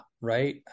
right